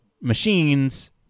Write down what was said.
machines